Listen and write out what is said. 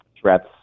threats